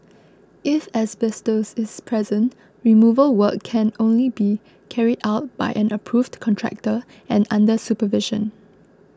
if asbestos is present removal work can only be carried out by an approved contractor and under supervision